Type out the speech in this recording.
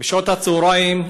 בשעות הצהריים,